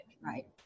right